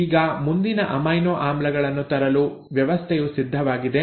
ಈಗ ಮುಂದಿನ ಅಮೈನೋ ಆಮ್ಲಗಳನ್ನು ತರಲು ವ್ಯವಸ್ಥೆಯು ಸಿದ್ಧವಾಗಿದೆ